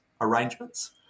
arrangements